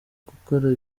gukora